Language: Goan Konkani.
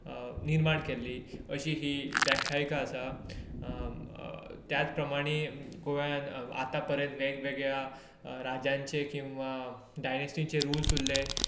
निर्माण केल्लो अशी ही आव्ख्यायिका आसा त्याच प्रमाणे गोव्यांत आतां पर्यान वेग वेगळ्या राज्यांचे किंवा डायनेस्टीचे रुल्स उरले ते म्हणजे